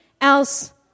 else